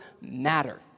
matter